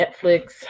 Netflix